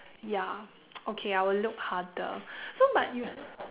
ya okay I will look harder so but you